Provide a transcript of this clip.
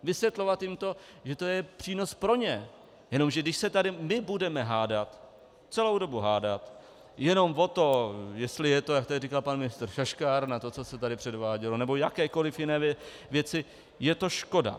Vysvětlovat jim, že to je přínos pro ně, jenomže když se tady my budeme hádat, celou dobu hádat jenom o to, jestli je to, jak tady říkal pan ministr, šaškárna, co se tady předvádělo, nebo jakékoliv jiné věci, je to škoda.